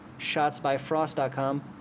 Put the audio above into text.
shotsbyfrost.com